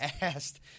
asked